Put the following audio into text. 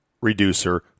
reducer